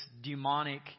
demonic